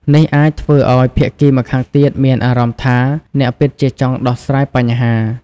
នេះអាចធ្វើឱ្យភាគីម្ខាងទៀតមានអារម្មណ៍ថា អ្នកពិតជាចង់ដោះស្រាយបញ្ហា។